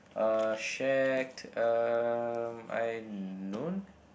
um shack uh I known